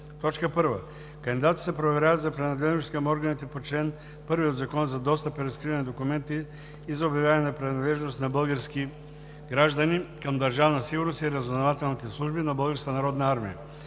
армия. 1. Кандидатите се проверяват за принадлежност към органите по чл. 1 от Закона за достъп и разкриване на документите и за обявяване на принадлежност на български граждани към Държавна сигурност и разузнавателните служби на